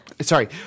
Sorry